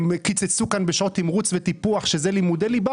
קיצצו כאן בשעות תמרוץ וטיפוח, שזה לימודי ליבה.